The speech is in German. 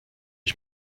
ich